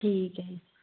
ਠੀਕ ਹੈ ਜੀ